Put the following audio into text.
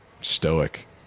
stoic